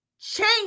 change